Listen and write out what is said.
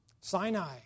Sinai